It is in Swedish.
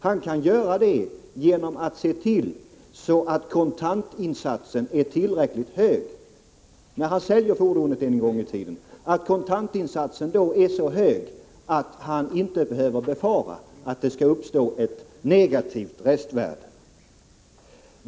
Han kan göra det genom att se till att kontantinsatsen är tillräckligt hög när han säljer fordonet, så att han inte behöver befara att det skall uppstå ett negativt restvärde.